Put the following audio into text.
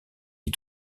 les